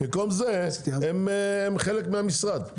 במקום זה הם חלק מהמשרד.